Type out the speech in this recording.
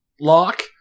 lock